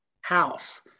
house